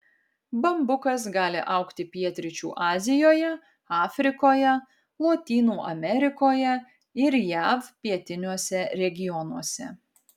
bambukas gali augti pietryčių azijoje afrikoje lotynų amerikoje ir jav pietiniuose regionuose